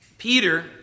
Peter